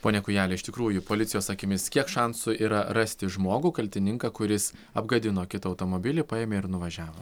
pone kūjeli iš tikrųjų policijos akimis kiek šansų yra rasti žmogų kaltininką kuris apgadino kitą automobilį paėmė ir nuvažiavo